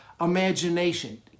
imagination